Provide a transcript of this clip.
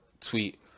tweet